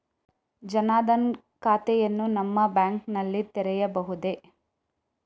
ಜನ ದನ್ ಖಾತೆಯನ್ನು ನಿಮ್ಮ ಬ್ಯಾಂಕ್ ನಲ್ಲಿ ತೆರೆಯಬಹುದೇ?